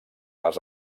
les